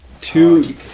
two